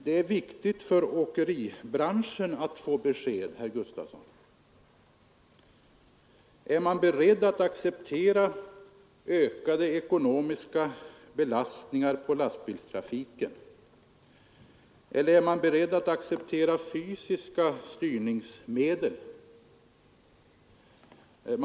Det är viktigt för åkeribranschen att få besked, herr Gustafson. Är ni beredda att acceptera ökade ekonomiska belastningar på lastbilstrafiken? Eller är ni beredda att acceptera fysiska styrningsmedel?